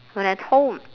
when at home